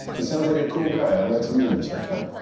he sounds like a cool guy. i'd like to meet him sometime.